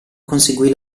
conseguì